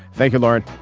thank you, lauren